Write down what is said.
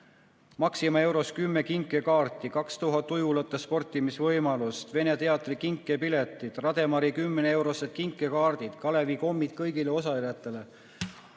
Maxima Euros kümme kinkekaarti, 2000 ujulates sportimisvõimalust, vene teatri kinkepiletid, Rademari 10‑eurosed kinkekaardid, Kalevi kommid kõigile osalejatele.